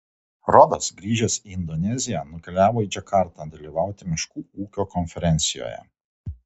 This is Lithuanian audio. rodas grįžęs į indoneziją nukeliavo į džakartą dalyvauti miškų ūkio konferencijoje